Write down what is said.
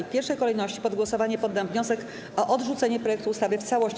W pierwszej kolejności pod głosowanie poddam wniosek o odrzuceniu projektu ustawy w całości.